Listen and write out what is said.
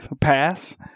pass